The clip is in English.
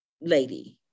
lady